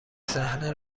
صحنه